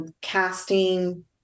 casting